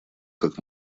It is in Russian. как